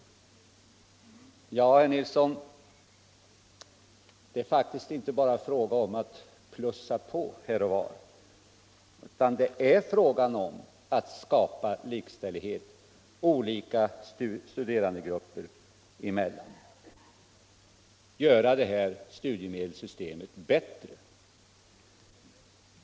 Nej, herr Nilsson i Kristianstad, det är faktiskt inte bara fråga om att plussa på här och var, utan det är fråga om att skapa likställighet olika studerandegrupper emellan, att göra studiemedelssystemet bättre.